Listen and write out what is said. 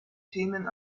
themen